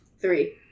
Three